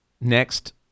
next